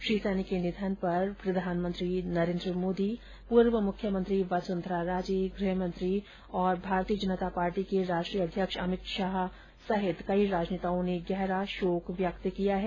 श्री सैनी के निधन पर प्रधानमंत्री नरेन्द्र मोदी पूर्व मुख्यमंत्री वसंघरा राजे गृह मंत्री और भारतीय जनता पार्टी के राष्ट्रीय अध्यक्ष अमित शाह ने गहरा शोक व्यक्त किया है